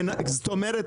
זאת אומרת,